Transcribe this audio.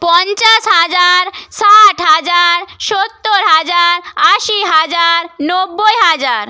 পঞ্চাশ হাজার ষাট হাজার সত্তর হাজার আশি হাজার নব্বই হাজার